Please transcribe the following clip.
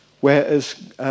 whereas